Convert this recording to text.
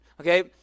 okay